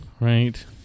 Right